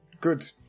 Good